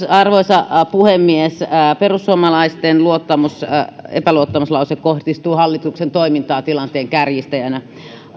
arvoisa puhemies perussuomalaisten epäluottamuslause kohdistuu hallituksen toimintaan tilanteen kärjistäjänä